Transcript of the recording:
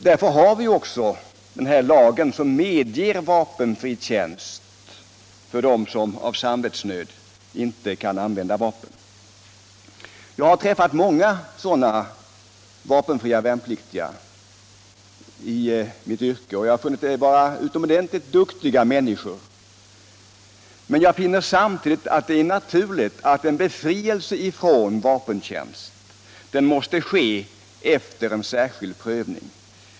Därför har vi också en lag som medger vapenfri tjänst för dem som av samvetsnöd inte vill använda vapen. Jag har i mitt yrke träffat många vapenfria värnpliktiga, och jag har funnit att de är utomordentligt duktiga människor. Men jag anser samtidigt att det är naturligt att befrielse från vapentjänst sker efter en särskild prövning.